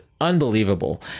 unbelievable